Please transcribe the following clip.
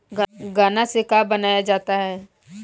गान्ना से का बनाया जाता है?